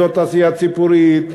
אזור התעשייה ציפורית,